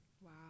Wow